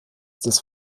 des